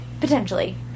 Potentially